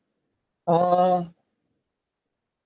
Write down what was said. uh